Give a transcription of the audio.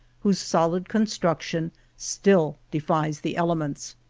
whose solid construction still defies the elements.